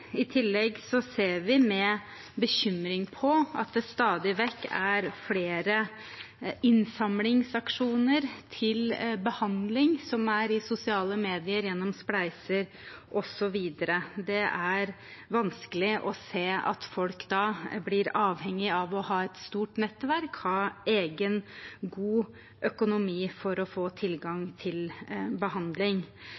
I tillegg ser vi med bekymring på at det stadig vekk er flere innsamlingsaksjoner til behandling i sosiale medier, gjennom spleiser og så videre. Det er vanskelig å se at folk da blir avhengig av å ha et stort nettverk og egen god økonomi for å få tilgang